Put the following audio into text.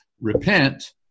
repent